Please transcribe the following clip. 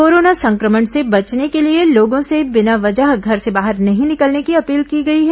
corona संक्रमण से बचने के लिए लोगों से बिना वजह घर से बाहर नहीं निकलने की अपील की गई है